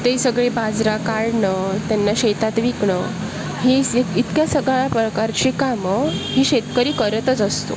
ते सगळे बाजरा काढणं त्यांना शेतात विकणं ही स इतक्या सकाळ्या प्रकारचे कामं ही शेतकरी करतच असतो